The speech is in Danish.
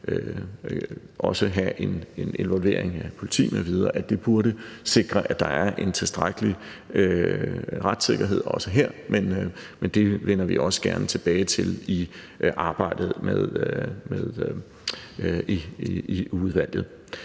også kan have en involvering af politi m.v., burde sikre, at der er en tilstrækkelig retssikkerhed også her. Men det vender vi også gerne tilbage til i arbejdet i udvalget.